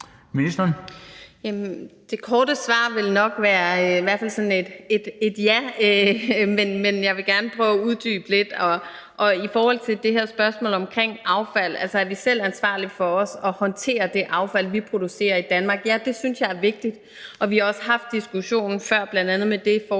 Det korte svar vil nok i hvert fald være sådan et ja, men jeg vil gerne prøve at uddybe lidt. I forhold til det her spørgsmål om affald, altså om vi selv er ansvarlige for også at håndtere det affald, vi producerer i Danmark, vil jeg sige, at ja, det synes jeg er vigtigt. Vi har også haft diskussionen før, bl.a. med det forslag,